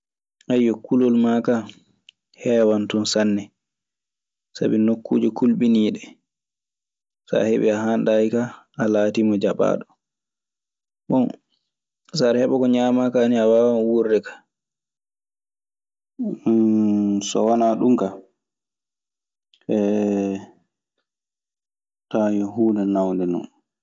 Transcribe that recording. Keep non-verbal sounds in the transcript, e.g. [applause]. [hesitation] kulol ,aa kaa heewan ton sanne, sabi nokkuuje kulɓiniiɗe. So a heɓii a haanɗaayi kaa, a laatiima jaɓaaɗo. Bon, so aɗe heɓa ko ñaamaa kaa nii, a waawan wuurde kaa. [hesitation] So wanaa ɗun ka, [hesitation] tawan yo huunde naawnde non.